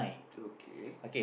okay